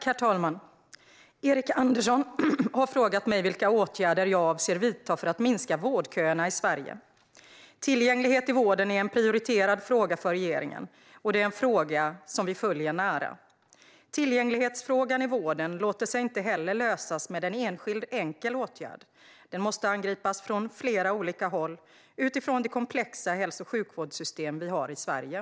Herr talman! Erik Andersson har frågat mig vilka åtgärder jag avser att vidta för att minska vårdköerna i Sverige. Tillgänglighet i vården är en prioriterad fråga för regeringen, och det är en fråga som vi följer nära. Tillgänglighetsfrågan i vården låter sig inte lösas med en enskild enkel åtgärd. Den måste angripas från flera olika håll utifrån det komplexa hälso och sjukvårdssystem vi har i Sverige.